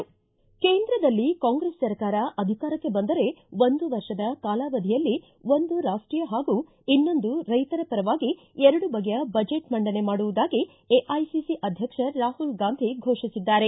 ಕೇಂದ್ರದಲ್ಲಿ ಕಾಂಗ್ರೆಸ್ ಸರ್ಕಾರ ಅಧಿಕಾರಕ್ಕೆ ಬಂದರೆ ಒಂದು ವರ್ಷದ ಕಾಲಾವಧಿಯಲ್ಲಿ ಒಂದು ರಾಜ್ವೀಯ ಹಾಗೂ ಇನ್ನೊಂದು ರೈತರ ಪರವಾಗಿ ಎರಡು ಬಗೆಯ ಬಜೆಟ್ ಮಂಡನೆ ಮಾಡುವುದಾಗಿ ಎಐಸಿಸಿ ಅಧ್ಯಕ್ಷ ರಾಹುಲ್ ಗಾಂಧಿ ಫೋಷಿಸಿದ್ದಾರೆ